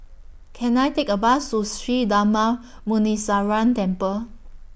Can I Take A Bus to Sri Darma Muneeswaran Temple